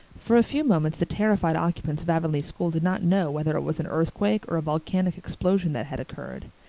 for a few moments the terrified occupants of avonlea school did not know whether it was an earthquake or a volcanic explosion that had occurred.